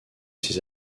ses